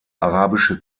arabische